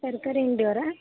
ತರಕಾರಿ ಅಂಗಡಿಯವ್ರ